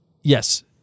yes